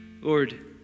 Lord